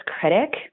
critic